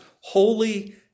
holy